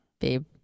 babe